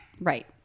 Right